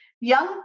young